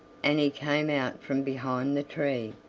and he came out from behind the tree,